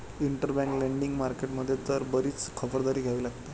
interbank lending market मध्ये तर बरीच खबरदारी घ्यावी लागते